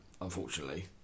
unfortunately